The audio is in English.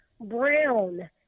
Brown